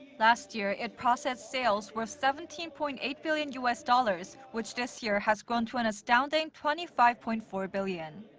last year, it processed sales worth seventeen point eight billion us dollars, which this year has grown to an astounding twenty five point four billion.